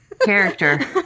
character